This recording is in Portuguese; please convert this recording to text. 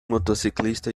motociclista